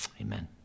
Amen